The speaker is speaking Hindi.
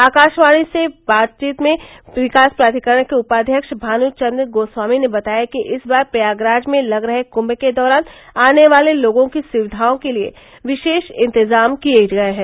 आकाशवाणी से विशेष बातचीत में विकास प्राधिकरण के उपाव्यक्ष भानुचन्द गोस्वामी ने बताया कि इस बार प्रयागराज में लग रहे कृंम के दौरान आने वाले लोगों की सुविधाओं के लिये विशेष इंतजाम किये गये हैं